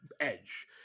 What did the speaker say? Edge